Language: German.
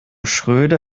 schröder